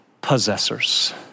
possessors